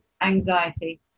anxiety